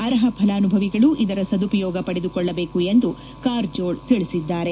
ಅರ್ಹ ಫಲಾನುಭವಿಗಳು ಇದರ ಸದುಪಯೋಗ ಪಡೆದುಕೊಳ್ಳಬೇಕು ಎಂದು ಕಾರಜೋಳ ತಿಳಿಸಿದ್ದಾರೆ